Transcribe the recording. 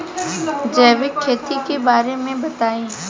जैविक खेती के बारे में बताइ